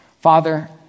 Father